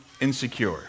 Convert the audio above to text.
insecure